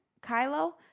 Kylo